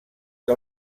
que